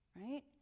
right